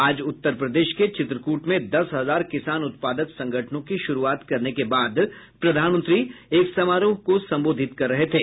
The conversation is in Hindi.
आज उत्तर प्रदेश के चित्रकूट में दस हजार किसान उत्पादक संगठनों की शुरूआत करने के बाद प्रधानमंत्री एक समारोह को संबोधित कर रहे थे